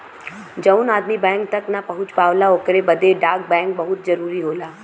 जौन आदमी बैंक तक ना पहुंच पावला ओकरे बदे डाक बैंक बहुत जरूरी होला